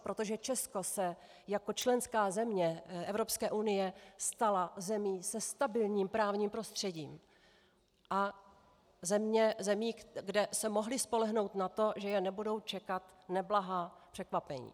Protože Česko se jako členská země Evropské unie stalo zemí se stabilním právním prostředím a zemí, kde se mohli spolehnout na to, že je nebudou čekat neblahá překvapení.